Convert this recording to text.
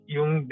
Yung